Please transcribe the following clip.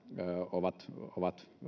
ovat ovat